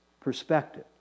perspective